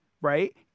right